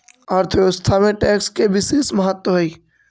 अर्थव्यवस्था में टैक्स के बिसेस महत्व हई